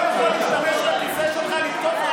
אתה לא יכול להשתמש בכיסא שלך לתקוף,